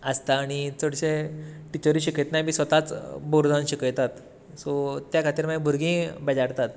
आसता आनी चडशे टिचरी शिकयतनाय बी स्वताच बोर जावन शिकयतात सो त्या खातीर मागीर भुरगीं बेजारतात